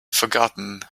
forgotten